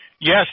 Yes